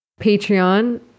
Patreon